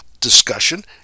discussion